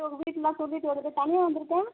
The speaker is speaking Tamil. ஸோ உங்கள் வீட்லாம் சொல்லிவிட்டு வருவ தனியாக வந்துருக்க